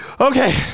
Okay